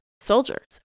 soldiers